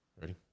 ready